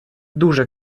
дуже